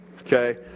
Okay